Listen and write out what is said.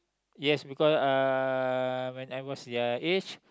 yes because uh when I was their age